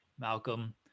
Malcolm